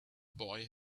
boy